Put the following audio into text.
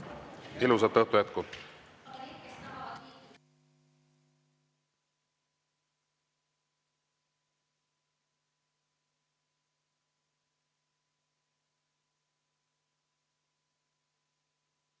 Ilusat õhtu jätku!